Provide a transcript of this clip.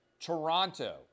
Toronto